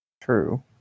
True